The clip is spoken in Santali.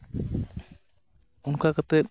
ᱚᱱᱠᱟ ᱠᱟᱛᱮᱫ